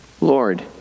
Lord